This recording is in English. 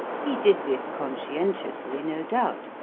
he did this conscientiously, no doubt,